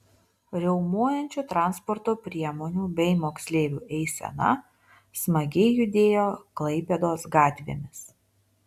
riaumojančių transporto priemonių bei moksleivių eisena smagiai judėjo klaipėdos gatvėmis